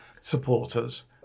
supporters